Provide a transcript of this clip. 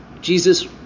Jesus